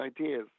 ideas